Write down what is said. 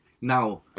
Now